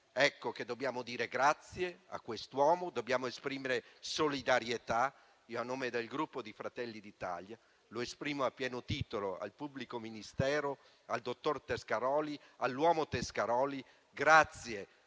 tutti. Dobbiamo dire grazie a quest'uomo e dobbiamo esprimergli solidarietà. Io, a nome del Gruppo Fratelli d'Italia, la esprimo a pieno titolo al pubblico ministero, al dottor Tescaroli, all'uomo Tescaroli. Grazie!